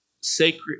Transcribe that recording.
sacred